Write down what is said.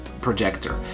projector